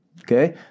Okay